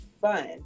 fun